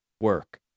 work